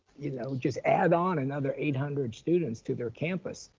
you know, just add on another eight hundred students to their campus